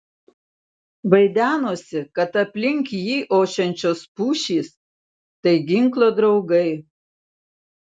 vaidenosi kad aplink jį ošiančios pušys tai ginklo draugai